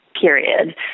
period